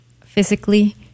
physically